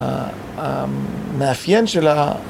‫המאפיין של ה...